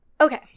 Okay